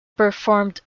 performed